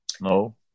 No